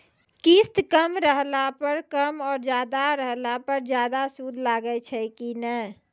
किस्त कम रहला पर कम और ज्यादा रहला पर ज्यादा सूद लागै छै कि नैय?